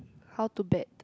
how to bet